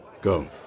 go